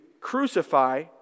crucify